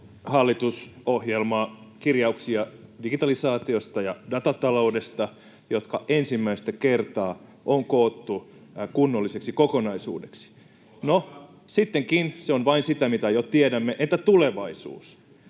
hallitusohjelmakirjauksia digitalisaatiosta ja datataloudesta, jotka ensimmäistä kertaa on koottu kunnolliseksi kokonaisuudeksi. [Sinuhe Wallinheimo: Kiitos! — Sebastian